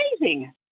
amazing